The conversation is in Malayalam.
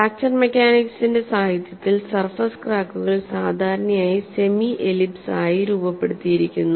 ഫ്രാക്ചർ മെക്കാനിക്സിന്റെ സാഹിത്യത്തിൽ സർഫേസ് ക്രാക്കുകൾ സാധാരണയായി സെമി എലിപ്സ് ആയി രൂപപ്പെടുത്തിയിരിക്കുന്നു